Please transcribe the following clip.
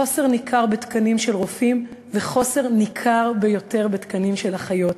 חוסר ניכר של תקני רופאים וחוסר ניכר ביותר של תקני אחיות.